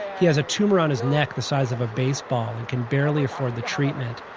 he has a tumor on his neck the size of a baseball and can barely afford the treatment.